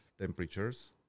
temperatures